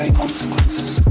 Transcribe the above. consequences